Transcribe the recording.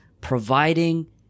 providing